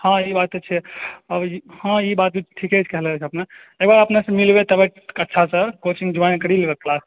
हाँ ई बात तऽ छै हाँ ई बात ठीके कहलैथ अपने चलय अपने सं मिलबै अच्छा सॅं कोचिंग ज्वाइन करी लेबै क्लास